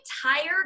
tired